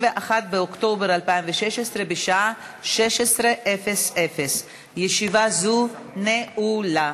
בנושא: שכר נמוך והיעדר תנאים סוציאליים